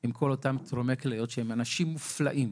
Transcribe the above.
עם כל אותם תורמי כליות, שהם אנשים מופלאים.